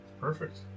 perfect